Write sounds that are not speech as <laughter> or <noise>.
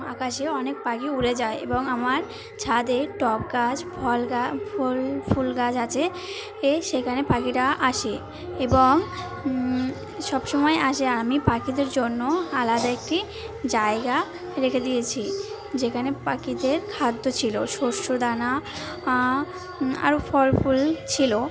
আকাশে অনেক পাখি উড়ে যায় এবং আমার ছাদে টব গাছ ফল <unintelligible> ফল ফুল গাছ আছে এ সেখানে পাখিরা আসে এবং সবসময় আসে আর আমি পাখিদের জন্য আলাদা একটি জায়গা রেখে দিয়েছি যেখানে পাখিদের খাদ্য ছিল শস্য দানা আ আরও ফল ফুল ছিল